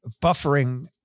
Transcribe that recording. buffering